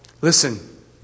Listen